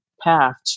path